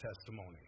testimony